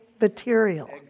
material